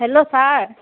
hello sir